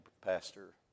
Pastor